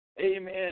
Amen